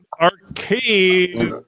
arcade